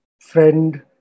friend